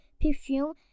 perfume